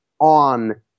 on